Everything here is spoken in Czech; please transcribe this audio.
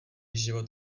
život